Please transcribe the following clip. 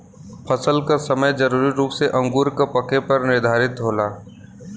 फसल क समय जरूरी रूप से अंगूर क पके पर निर्धारित होला